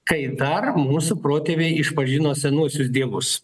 kai dar mūsų protėviai išpažino senuosius dievus